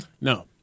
No